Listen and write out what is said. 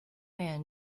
man